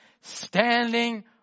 standing